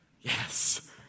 Yes